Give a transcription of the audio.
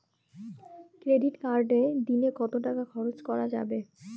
Credit কার্ডে দিনে কত টাকা খরচ করা যাবে?